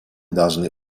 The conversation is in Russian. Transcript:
должны